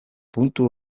puntu